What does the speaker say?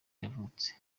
yavutse